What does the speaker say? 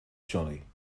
jolly